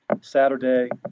Saturday